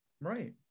Right